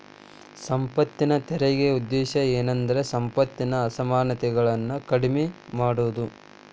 ಸಂಪತ್ತಿನ ತೆರಿಗೆ ಉದ್ದೇಶ ಏನಂದ್ರ ಸಂಪತ್ತಿನ ಅಸಮಾನತೆಗಳನ್ನ ಕಡಿಮೆ ಮಾಡುದು